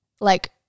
like-